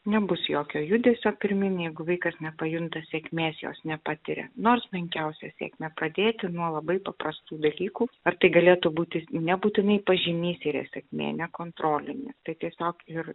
nebus jokio judesio pirmininio vaikas nepajunta sėkmės jos nepatiria nors menkiausią sėkmę pradėti nuo labai paprastų dalykų ar tai galėtų būti nebūtinai pažymys yra sėkmė ne kontrolinis tai tiesiog ir